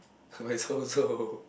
why so so